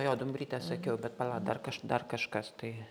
jo dumbrytę sakiau bet pala dar kaš dar kažkas tai